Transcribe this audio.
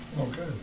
Okay